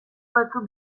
batzuk